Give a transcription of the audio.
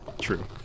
true